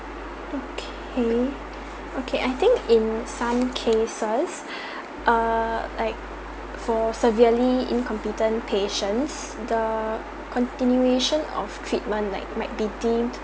okay okay I think in some cases err like for severely incompetent patients the continuation of treatment like might be deemed